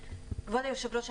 כבוד היושב ראש,